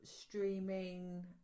Streaming